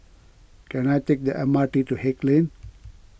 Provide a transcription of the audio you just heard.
can I take the M R T to Haig Lane